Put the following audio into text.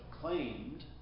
claimed